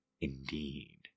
Indeed